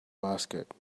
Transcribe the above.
basket